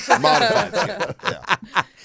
Modified